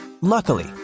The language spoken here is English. Luckily